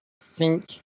sink